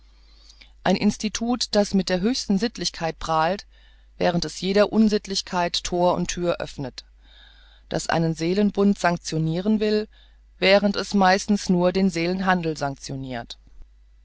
ein institut das mit der höchsten sittlichkeit prahlt während es jeder unsittlichkeit thor und thür öffnet das einen seelenbund sanktioniren will während es meistens nur den seelenhandel sanktionirt